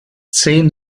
zehn